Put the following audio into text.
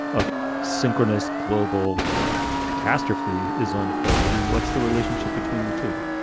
a synchronous global catastrophe is unfolding. what's the relationship between the two?